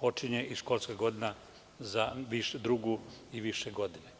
počinje i školska godina za drugu i više godine.